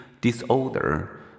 disorder